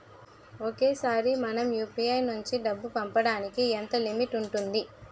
ఒకేసారి మనం యు.పి.ఐ నుంచి డబ్బు పంపడానికి ఎంత లిమిట్ ఉంటుంది?